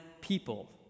people